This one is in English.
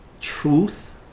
truth